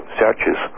searches